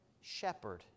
shepherd